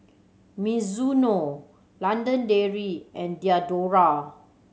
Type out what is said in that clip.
Mizuno London Dairy and Diadora